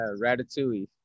Ratatouille